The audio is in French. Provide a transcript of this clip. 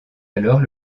alors